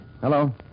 Hello